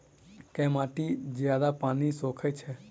केँ माटि जियादा पानि सोखय छै?